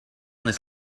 this